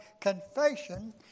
confession